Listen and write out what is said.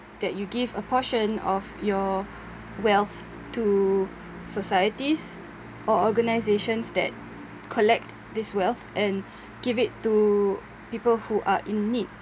that you give a portion of your wealth to societies or organisations that collect this wealth and give it to people who are in need